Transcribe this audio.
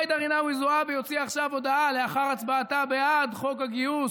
ג'ידא רינאוי זועבי הוציאה עכשיו הודעה לאחר הצבעתה בעד חוק הגיוס,